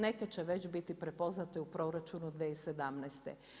Neke će već biti prepoznate u proračunu 2017.